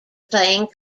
playing